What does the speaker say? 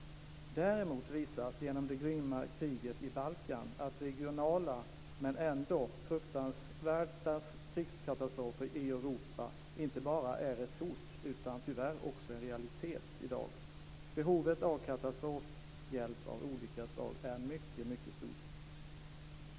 Däremot visar det grymma kriget på Balkan att regionala men ändå fruktansvärda krigskatastrofer i Europa inte bara är ett hot utan tyvärr också en realitet i dag. Behovet av katastrofhjälp av olika slag är mycket, mycket stort.